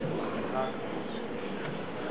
לומר מילות ברכה לטובתה של חברת הכנסת סתיו שפיר.